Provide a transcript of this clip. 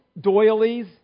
doilies